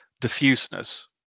diffuseness